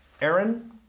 Aaron